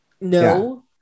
no